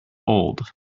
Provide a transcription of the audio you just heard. old